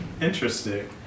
interesting